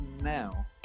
now